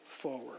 forward